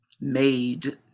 made